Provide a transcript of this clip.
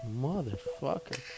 motherfucker